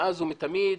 מאז ומתמיד,